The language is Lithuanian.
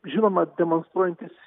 žinoma demonstruojantys